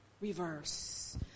reverse